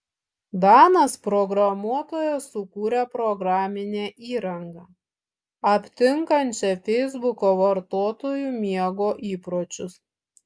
danas programuotojas sukūrė programinę įrangą aptinkančią feisbuko vartotojų miego įpročius